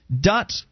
Dot